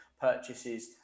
purchases